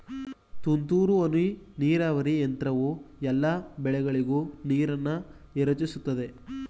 ತುಂತುರು ಹನಿ ನೀರಾವರಿ ಯಂತ್ರವು ಎಲ್ಲಾ ಬೆಳೆಗಳಿಗೂ ನೀರನ್ನ ಎರಚುತದೆ